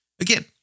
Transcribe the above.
Again